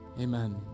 Amen